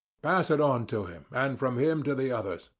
pass it on to him, and from him to the others.